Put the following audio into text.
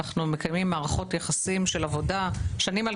אנו מקיימים מערכות יחסים של עבודה שנים על